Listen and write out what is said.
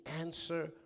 answer